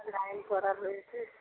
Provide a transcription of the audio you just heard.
line ଖରାପ ହୋଇଛି